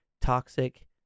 toxic